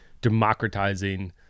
democratizing